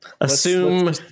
assume